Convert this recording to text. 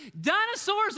Dinosaurs